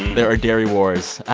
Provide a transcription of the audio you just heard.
there are dairy wars.